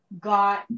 got